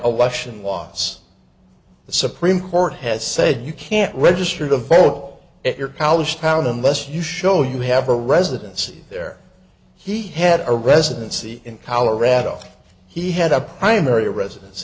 election was the supreme court has said you can't register to vote all your polish town unless you show you have a residence there he had a residency in colorado he had a primary residenc